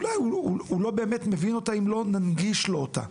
לא באמת מבין אותה אם לא ננגיש לו אותה.